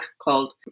called